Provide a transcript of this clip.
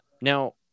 Now